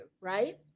Right